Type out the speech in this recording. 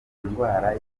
indwara